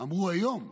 אמרו היום,